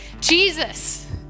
Jesus